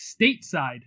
stateside